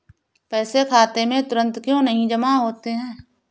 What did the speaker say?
पैसे खाते में तुरंत क्यो नहीं जमा होते हैं?